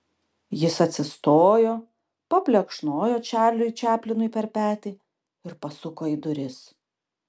jis atsistojo paplekšnojo čarliui čaplinui per petį ir pasuko į duris